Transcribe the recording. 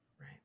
Right